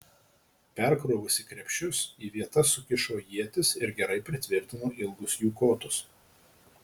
perkrovusi krepšius į vietas sukišo ietis ir gerai pritvirtino ilgus jų kotus